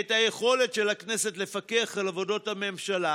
ואת היכולת של הכנסת לפקח על עבודת הממשלה,